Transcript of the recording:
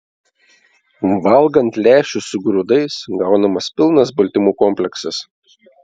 valgant lęšius su grūdais gaunamas pilnas baltymų kompleksas